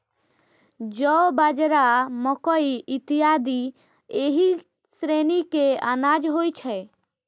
जौ, बाजरा, मकइ इत्यादि एहि श्रेणी के अनाज होइ छै